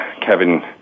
Kevin